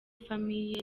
famille